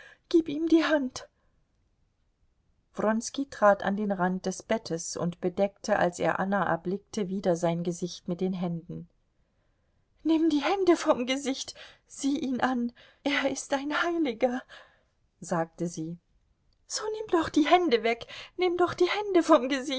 gib ihm die hand wronski trat an den rand des bettes und bedeckte als er anna erblickte wieder sein gesicht mit den händen nimm die hände vom gesicht sieh ihn an er ist ein heiliger sagte sie so nimm doch die hände weg nimm doch die hände vom